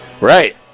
Right